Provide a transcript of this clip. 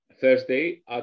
Thursday